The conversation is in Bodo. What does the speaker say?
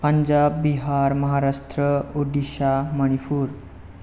पानजाब बिहार महाराष्ट्र उरिस्सा मनिपुर